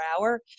hour